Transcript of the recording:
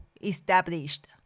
established